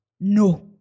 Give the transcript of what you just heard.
No